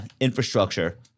infrastructure